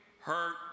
hurt